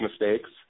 mistakes